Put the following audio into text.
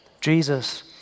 Jesus